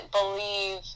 believe